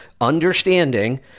understanding